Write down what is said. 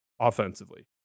offensively